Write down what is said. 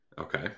Okay